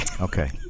Okay